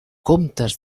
comptes